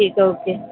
ٹھیک ہے اوکے